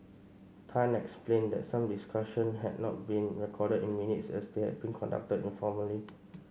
Tan explained that some discussions had not been recorded in minutes as they had been conducted informally